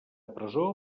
presó